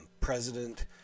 president